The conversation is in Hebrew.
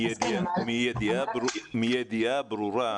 מידיעה ברורה,